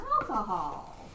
Alcohol